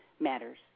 matters